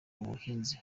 ubuhinzi